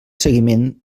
seguiment